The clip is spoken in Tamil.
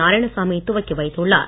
நாரயாணசாமி துவக்கி வைத்துள்ளார்